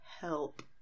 Help